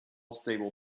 stable